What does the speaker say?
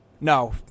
No